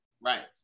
Right